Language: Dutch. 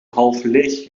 halfleeg